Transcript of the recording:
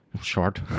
Short